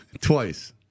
Twice